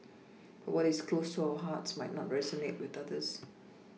but what is close to our hearts might not resonate with others